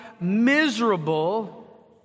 miserable